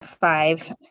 five